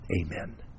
Amen